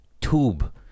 tube